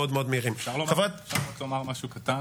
מדברת: תוספת סיוע לנפגעי פסולת,